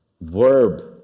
verb